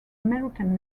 american